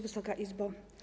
Wysoka Izbo!